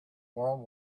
world